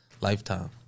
lifetime